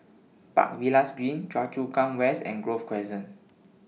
Park Villas Green Choa Chu Kang West and Grove Crescent